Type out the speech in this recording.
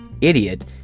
idiot